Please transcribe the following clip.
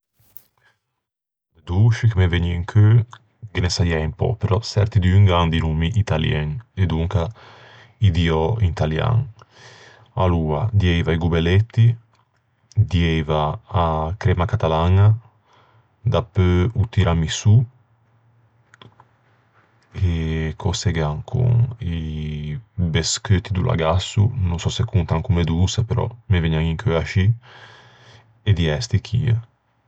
Dôsci che me vëgne in cheu ghe ne saiæ un pö, però çertidun gh'an di nommi italien, e donca î diò in italian. Aloa, dieiva i gobelletti, dieiva a cremma catalañ, dapeu o tiramisù. Cöse gh'é ancon? I bescheutti do Lagasso. No sò se contan comme doçe, però me vëgnan in cheu ascì. E diæ sti chie.